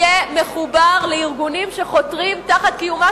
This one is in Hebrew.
יהיה מחובר לארגונים שחותרים תחת קיומה